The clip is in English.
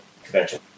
convention